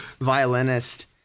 violinist